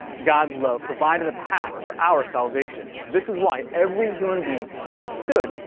god's love provided a path for our salvation. this is why every human being has stood,